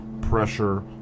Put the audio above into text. pressure